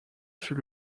fut